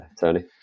Tony